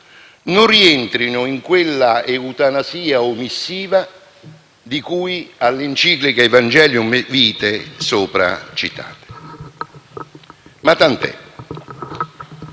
non rientrino in quella eutanasia omissiva di cui all'enciclica «Evangelium Vitae» sopra citata. Ma tant'è.